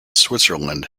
switzerland